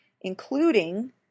including